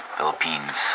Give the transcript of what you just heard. Philippines